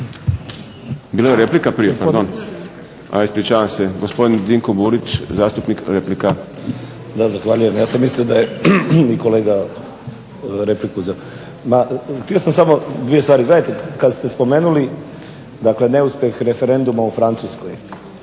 Bila je replika prije, pardon. Ispričavam se. Gospodin dinko Burić, zastupnik replika. **Burić, Dinko (HDSSB)** Da, zahvaljujem. Ja sam mislio da je kolega repliku. Ma htio sam samo dvije stvari. Gledajte, kada ste spomenuli dakle neuspjeh referenduma u Francuskoj